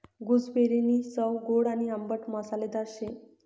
गूसबेरीनी चव गोड आणि आंबट मसालेदार शे